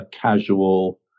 casual